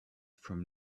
from